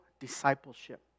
discipleship